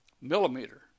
millimeter